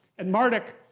and marduk,